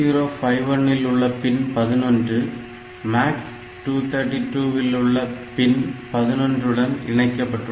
8051 இல் உள்ள pin 11 MAX232 இல் உள்ள பின் 11 உடன் இணைக்கப்பட்டுள்ளது